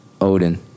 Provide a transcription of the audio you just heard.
Odin